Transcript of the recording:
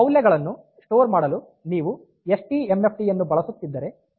ಮೌಲ್ಯಗಳನ್ನು ಸ್ಟೋರ್ ಮಾಡಲು ನೀವು S T M F D ಅನ್ನು ಬಳಸುತ್ತಿದ್ದರೆ